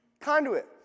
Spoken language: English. Conduit